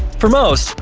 for most,